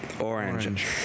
Orange